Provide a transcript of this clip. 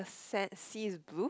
the san~ the sea is blue